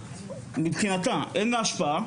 ומבחינתה אין לה השפעה,